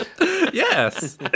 Yes